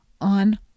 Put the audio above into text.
on